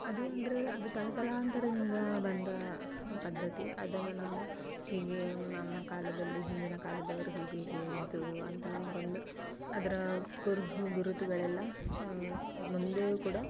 ಅದು ಅಂದರೆ ಅದು ತಲತಲಾಂತರದಿಂದ ಬಂದ ಪದ್ಧತಿ ಅದನ್ನು ನಾವು ಹೀಗೇ ನಮ್ಮ ಕಾಲದಲ್ಲಿ ಹಿಂದಿನ ಕಾಲದವ್ರು ಹೀಗೆ ಹೀಗೆ ಇದ್ರು ಅಂತ ನಮಗೊಂದು ಅದರ ಕುರುಹು ಗುರುತುಗಳೆಲ್ಲ ಮುಂದೆಯು ಕೂಡ